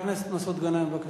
חבר הכנסת מסעוד גנאים, בבקשה.